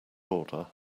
order